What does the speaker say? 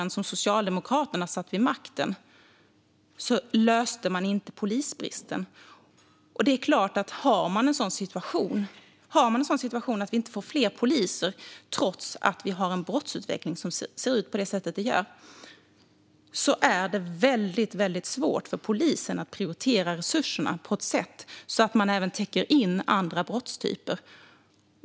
Socialdemokraterna löste inte polisbristen under åren de satt vid makten. Om vi inte får fler poliser, trots en brottsutveckling som ser ut på detta sätt, är det väldigt svårt för polisen att prioritera resurserna på ett sådant sätt att man täcker in även andra brottstyper.